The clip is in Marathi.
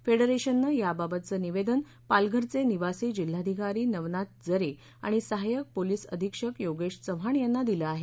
फेडरेशननं याबाबतचं निवेदन पालघरचे निवासी जिल्हाधिकारी नवनाथ जरे आणि सहाय्यक पोलिस अधिक्षक योगेश चव्हाण यांना दिलं आहे